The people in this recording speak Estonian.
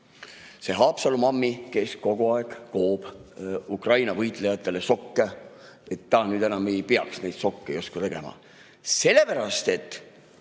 see Haapsalu mammi, kes kogu aeg koob Ukraina võitlejatele sokke, et ta nüüd enam ei peaks neid sokke justkui tegema. Sellepärast et